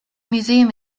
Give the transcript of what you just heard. museum